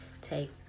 take